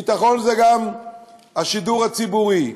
ביטחון זה גם השידור הציבורי,